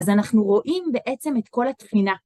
אז אנחנו רואים בעצם את כל התחינה.